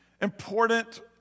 important